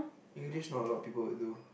English not a lot of people would do